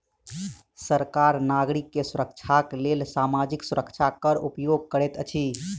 सरकार नागरिक के सुरक्षाक लेल सामाजिक सुरक्षा कर उपयोग करैत अछि